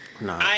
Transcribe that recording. No